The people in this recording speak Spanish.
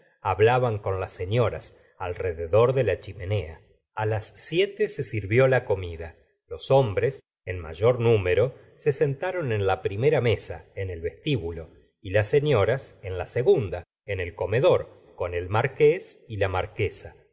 hablaban con las señoras alrededor de la chimenea a las siete se sirvió la comida los hombres en mayor número se sentaron en la primera mesa en el vestíbulo y las señoras en la segunda en el comedor con el marqués y la marquesa